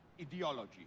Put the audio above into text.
ideology